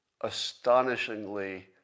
astonishingly